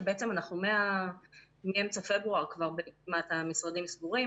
ובעצם כבר מאמצע פברואר המשרדים סגורים.